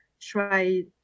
try